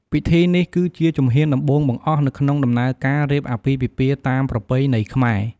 ពិធីនេះគឺជាជំហានដំបូងបង្អស់នៅក្នុងដំណើរការរៀបអាពាហ៍ពិពាហ៍តាមប្រពៃណីខ្មែរ ។